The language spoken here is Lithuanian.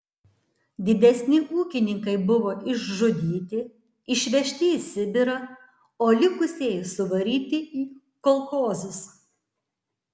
didesni ūkininkai buvo išžudyti išveži į sibirą o likusieji suvaryti į kolchozus